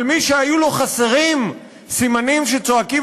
אבל מי שהיו חסרים לו סימנים שצועקים